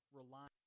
rely